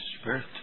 Spirit